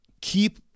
keep